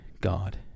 God